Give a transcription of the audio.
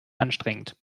anstrengend